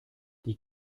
die